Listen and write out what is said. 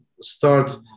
start